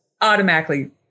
automatically